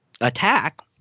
attack